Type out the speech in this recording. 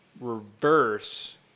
reverse